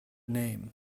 name